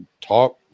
talk